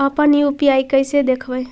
अपन यु.पी.आई कैसे देखबै?